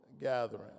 gathering